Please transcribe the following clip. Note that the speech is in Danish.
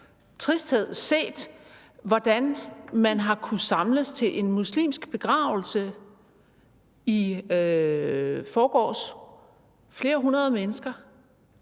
tristhed – set, hvordan man i forgårs har kunnet samles til en muslimsk begravelse, flere hundrede mennesker.